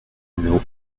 numéro